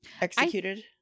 Executed